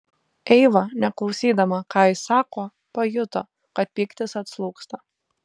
eiva neklausydama ką jis sako pajuto kad pyktis atslūgsta